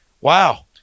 wow